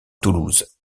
toulouse